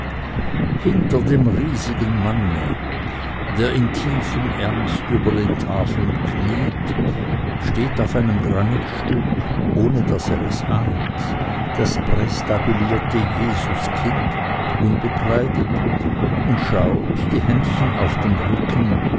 hinter dem riesigen manne der in tiefem ernste über den tafeln kniet steht auf einem granitstück ohne daß er es ahnt das prästabilierte jesuskind unbekleidet und schaut die händchen auf dem rücken